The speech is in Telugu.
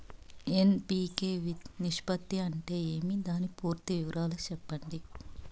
ఎన్.పి.కె నిష్పత్తి అంటే ఏమి దాని పూర్తి వివరాలు సెప్పండి?